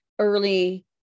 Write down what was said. early